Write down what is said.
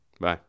Bye